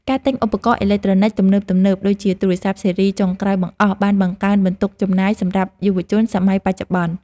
ការទិញឧបករណ៍អេឡិចត្រូនិកទំនើបៗដូចជាទូរស័ព្ទស៊េរីចុងក្រោយបង្អស់បានបង្កើនបន្ទុកចំណាយសម្រាប់យុវជនសម័យបច្ចុប្បន្ន។